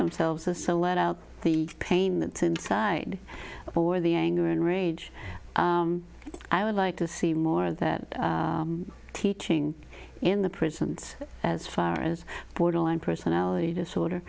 themselves is so let out the pain that's inside or the anger and rage i would like to see more of that teaching in the prisons as far as borderline personality disorder